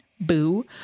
Boo